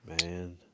man